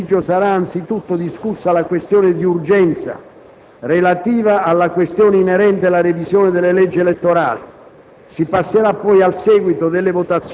Come già previsto, oggi pomeriggio sarà anzitutto discussa la questione di urgenza relativa all'affare inerente la revisione delle leggi elettorali.